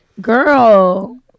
Girl